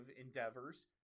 endeavors